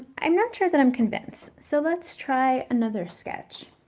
i'm not sure that i'm convinced. so let's try another sketch.